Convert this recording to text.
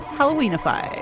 Halloweenify